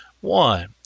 One